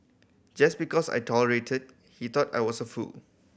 just because I tolerated he thought I was a fool